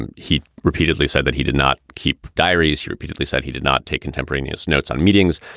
and he repeatedly said that he did not keep diaries. he repeatedly said he did not take contemporaneous notes on meetings.